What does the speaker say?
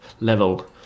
level